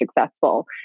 successful